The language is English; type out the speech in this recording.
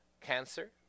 Cancer